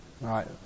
Right